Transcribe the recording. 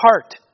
heart